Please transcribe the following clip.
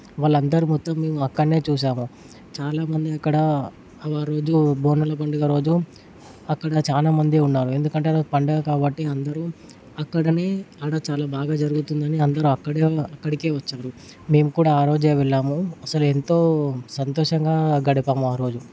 వాళ్ళందరి మొత్తం మేము ఆక్కన్నే చూసాము చాలా మంది అక్కడ ఆరోజు బోనాల పండుగ రోజు అక్కడ చాలా మంది ఉన్నారు ఎందుకంటే అది ఒక పండగ కాబట్టి అందరూ అక్కడనే ఆడ చాలా బాగా జరుగుతుందని అందరూ అక్కడ అక్కడికే వచ్చారు మేము కూడా ఆరోజే వెళ్ళాము అసలు ఎంతో సంతోషంగా గడిపాము ఆ రోజు